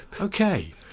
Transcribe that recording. Okay